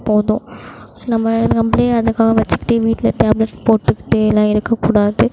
போதும் நம்ம நம்மளே அதுக்காக வெச்சுக்கிட்டு வீட்லேயே டேப்லெட் போட்டுகிட்டேல்லாம் இருக்கக்கூடாது